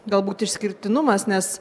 galbūt išskirtinumas nes